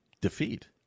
defeat